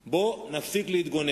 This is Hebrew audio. מדוע אתם לא חותמים?